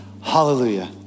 hallelujah